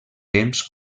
temps